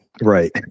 Right